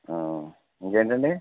ఇంకేంటండి